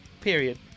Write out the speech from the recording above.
period